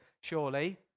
surely